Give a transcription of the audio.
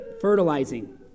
fertilizing